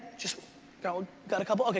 just got got a couple? okay,